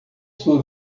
sua